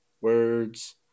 Words